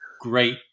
great